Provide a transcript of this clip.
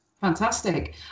Fantastic